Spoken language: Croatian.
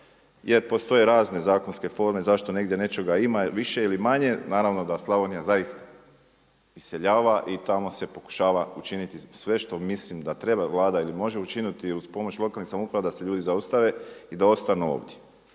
jer postoje razne zakonske forme zašto negdje nečega ima više ili manje. Naravno da Slavonija zaista iseljava i tamo se pokušava učiniti sve što mislim da treba Vlada ili može učiniti uz pomoć lokalnih samouprava da se ljudi zaustave i da ostanu ovdje.